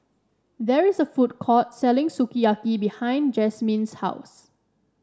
there is a food court selling Sukiyaki behind Jazmyn's house